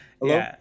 Hello